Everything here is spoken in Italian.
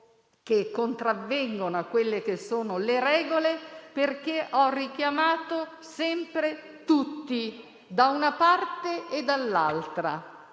che contravvengono alle regole, perché ho richiamato sempre tutti, da una parte e dall'altra.